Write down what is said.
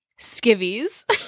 Skivvies